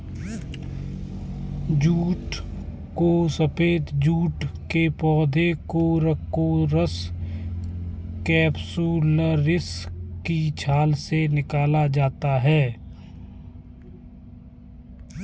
jute को सफेद jute के पौधे कोरकोरस कैप्सुलरिस की छाल से निकाला जाता है